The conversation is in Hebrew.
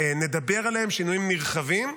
נדבר עליהם, שינויים נרחבים.